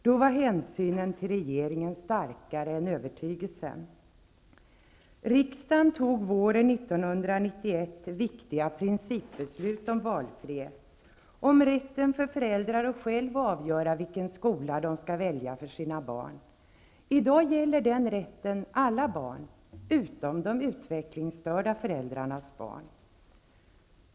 Då var hänsynen till regeringen starkare än övertygelsen. Riksdagen tog våren 1991 viktiga principbeslut om valfrihet, om rätten för föräldrarna att själva avgöra vilken skola de skall välja för sina barn. I dag gäller den rätten alla barn, utom de utvecklingsstörda.